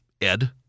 Ed